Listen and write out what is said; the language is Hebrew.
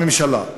הממשלה,